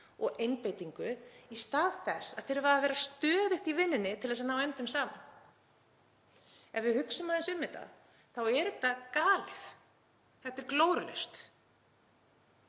og einbeitingu í stað þess að þurfa að vera stöðugt í vinnunni til að ná endum saman. Ef við hugsum aðeins um þetta þá er þetta galið. Þetta er glórulaust.